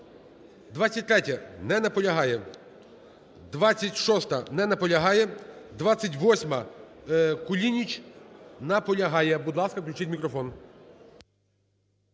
23-я. Не наполягає. 26-а. Не наполягає. 28-а, Кулініч. Наполягає. Будь ласка, включіть мікрофон.